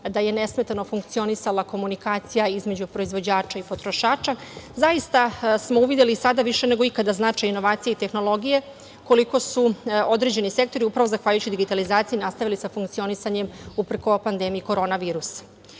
da je nesmetano funkcionisala komunikacija između proizvođača i potrošača. Zaista smo uvideli sada više nego ikada značaj inovacije i tehnologije, koliko su određeni sektoru upravo zahvaljujući digitalizaciji nastavili sa funkcionisanjem uprkos pandemiji korona virusa.S